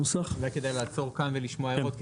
כדאי לעצור כאן ולשמוע הערות,